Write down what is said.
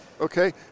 Okay